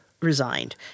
resigned